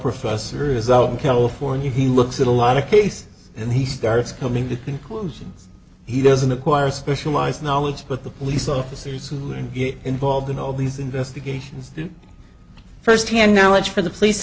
professor result in california he looks at a lot of case and he starts coming to conclusions he doesn't require specialized knowledge but the police officers who are involved in all these investigations first hand knowledge for the police